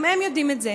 גם הם יודעים את זה.